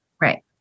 Right